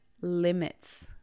limits